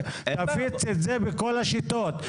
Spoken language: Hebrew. תפיץ את זה בכל השיטות.